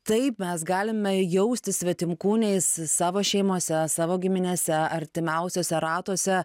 taip mes galime jaustis svetimkūniais savo šeimose savo giminėse artimiausiose ratuose